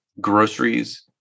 groceries